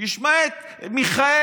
תשמע את מיכאלי.